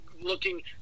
looking